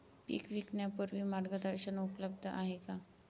पीक विकण्यापूर्वी मार्गदर्शन उपलब्ध आहे का?